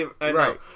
right